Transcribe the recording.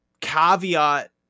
caveat